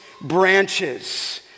branches